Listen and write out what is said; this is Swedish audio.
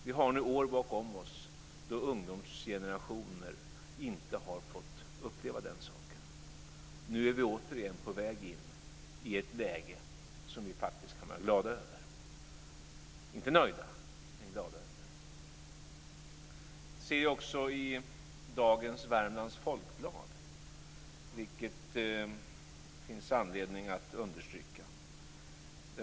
Vi har nu år bakom oss då ungdomsgenerationer inte har fått uppleva den saken. Men nu är vi återigen på väg in i ett läge som vi faktiskt kan vara glada över - inte nöjda, men glada. I dagens Värmlands folkblad står något som det finns anledning att understryka.